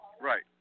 right